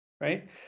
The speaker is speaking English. right